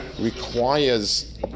requires